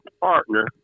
partner